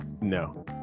No